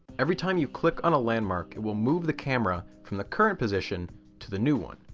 every time you click on a landmark it will move the camera from the current position to the new one,